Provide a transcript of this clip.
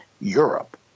Europe